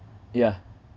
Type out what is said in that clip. yeah